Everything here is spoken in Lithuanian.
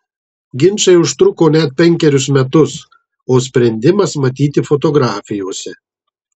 ginčai užtruko net penkerius metus o sprendimas matyti fotografijose